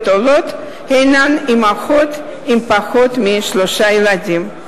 העולות הן אמהות עם פחות משלושה ילדים.